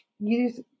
use